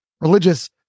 religious